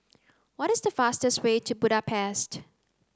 what is the fastest way to Budapest